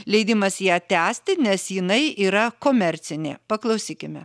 leidimas ją tęsti nes jinai yra komercinė paklausykime